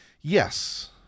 Yes